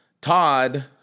Todd